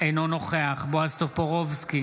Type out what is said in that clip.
אינו נוכח בועז טופורובסקי,